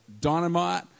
dynamite